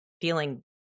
feeling